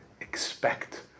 expect